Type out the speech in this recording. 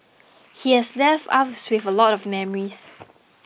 he has left us with a lot of memories